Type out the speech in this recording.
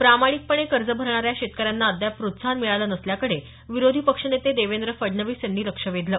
प्रामाणिकपणे कर्ज भरणाऱ्या शेतकऱ्यांना अद्याप प्रोत्साहन मिळालं नसल्याकडे विरोधी पक्षनेते देवेंद्र फडणवीस यांनी लक्ष वेधलं